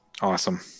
Awesome